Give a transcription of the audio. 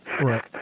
Right